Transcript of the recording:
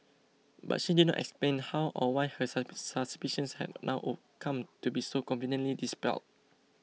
but she did not explain how or why her suspicions had now oh come to be so conveniently dispelled